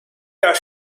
jahr